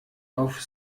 auf